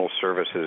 services